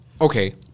Okay